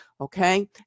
Okay